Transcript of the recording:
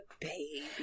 baby